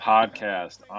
Podcast